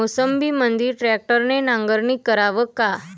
मोसंबीमंदी ट्रॅक्टरने नांगरणी करावी का?